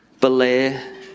Belair